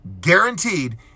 guaranteed